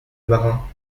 marin